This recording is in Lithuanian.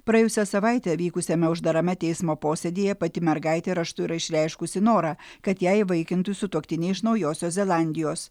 praėjusią savaitę vykusiame uždarame teismo posėdyje pati mergaitė raštu yra išreiškusi norą kad ją įvaikintų sutuoktiniai iš naujosios zelandijos